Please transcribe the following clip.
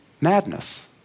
madness